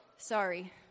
sorry